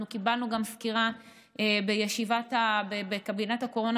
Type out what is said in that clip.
קיבלנו גם סקירה בישיבת קבינט הקורונה